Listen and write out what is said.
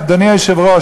אדוני היושב-ראש,